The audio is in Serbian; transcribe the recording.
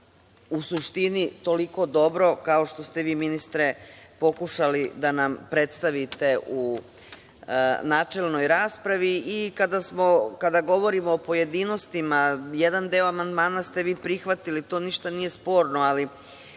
u suštini toliko dobro kao što ste vi ministre pokušali da nam prestavite u načelnoj raspravi. Kada govorimo o pojedinostima, jedan deo amandmana ste vi prihvatili, to ništa nije sporno, ali